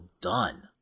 done